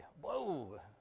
whoa